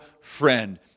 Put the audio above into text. friend